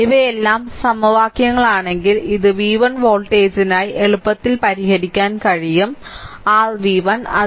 ഇവയെല്ലാം സമവാക്യങ്ങളാണെങ്കിൽ ഇത് v1 വോൾട്ടേജിനായി എളുപ്പത്തിൽ പരിഹരിക്കാൻ കഴിയും r v1